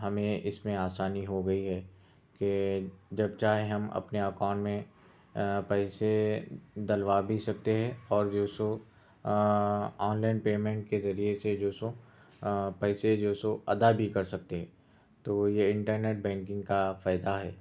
ہمیں اِس میں آسانی ہوگئی ہے کہ جب چاہے ہم اپنے اکاؤنٹ میں آ پیسے ڈلوا بھی سکتے ہیں اور جو سو آ آن لائن پیمنٹ کے ذریعہ سے جو سو آ پیسے جو سو ادا بھی کرسکتے تو یہ انٹرنٹ بینکنگ کا فائدہ ہے